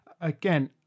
Again